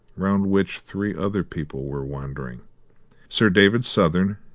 round which three other people were wandering sir david southern,